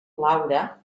laura